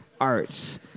arts